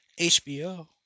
HBO